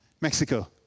Mexico